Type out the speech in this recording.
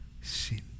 sin